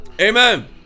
amen